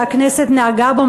שהכנסת נהגה בו.